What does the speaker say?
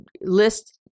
list